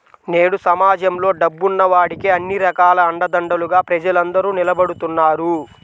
నేడు సమాజంలో డబ్బున్న వాడికే అన్ని రకాల అండదండలుగా ప్రజలందరూ నిలబడుతున్నారు